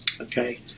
Okay